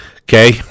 Okay